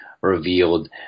revealed